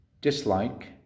dislike